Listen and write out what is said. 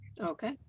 Okay